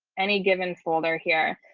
any given folder here,